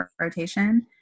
rotation